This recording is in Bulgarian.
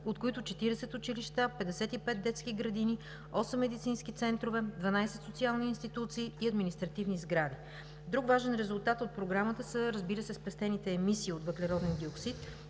от които 40 училища, 55 детски градини, 8 медицински центрове, 12 социални институции и административни сгради. Друг важен резултат от Програмата са, разбира се, спестените емисии от въглероден диоксид